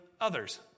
others